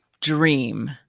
dream